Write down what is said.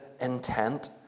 intent